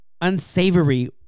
unsavory